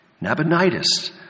Nabonidus